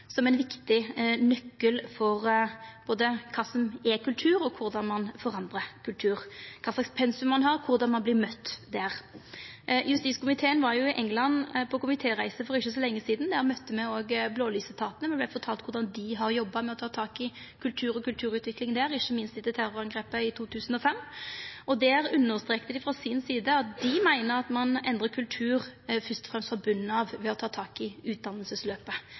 som ein viktig nøkkel til kva som er kultur, korleis ein forandrar kultur, kva pensum ein har, og korleis ein vert møtt. Justiskomiteen var for ikkje så lenge sidan i England på komitéreise. Der møtte me òg blålysetatane, og me vart fortalde korleis dei har jobba med å ta tak i kultur og kulturutvikling der, ikkje minst etter terrorangrepet i 2005. Dei understrekte frå si side at dei meiner at ein endrar kultur fyrst og fremst frå botnen av, ved å ta tak i